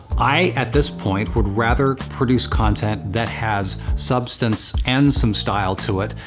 i at this point would rather produce content, that has substance and some style to it.